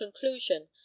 conclusion